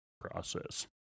process